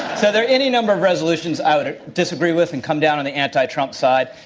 so there are any number of resolutions i would disagree with and come down on the anti-trump side.